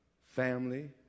family